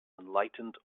enlightened